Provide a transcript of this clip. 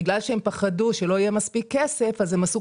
בגלל שהם פחדו שלא יהיה מספיק כסף אז הם עשו